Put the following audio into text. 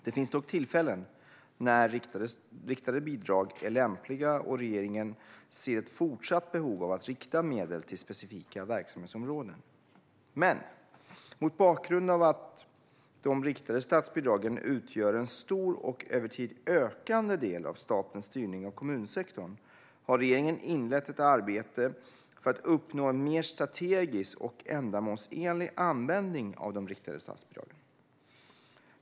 Det finns dock tillfällen när riktade bidrag är lämpliga, och regeringen ser ett fortsatt behov av att rikta medel till specifika verksamhetsområden. Men mot bakgrund av att de riktade statsbidragen utgör en stor och över tid ökande del av statens styrning av kommunsektorn har regeringen inlett ett arbete för att uppnå en mer strategisk och ändamålsenlig användning av de riktade statsbidragen.